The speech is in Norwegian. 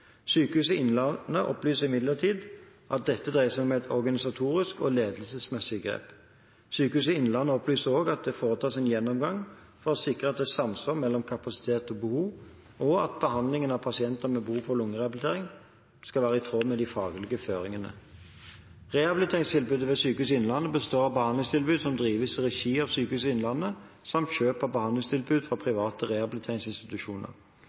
Sykehuset Innlandet opplyser imidlertid at dette dreier seg om et organisatorisk og ledelsesmessig grep. Sykehuset Innlandet opplyser også at det foretas en gjennomgang for å sikre at det er samsvar mellom kapasitet og behov, og at behandlingen av pasienter med behov for lungerehabilitering skal være i tråd med de faglige føringene. Rehabiliteringstilbudet ved Sykehuset Innlandet består av behandlingstilbud som drives i regi av Sykehuset Innlandet, samt av kjøp av behandlingstilbud fra private rehabiliteringsinstitusjoner.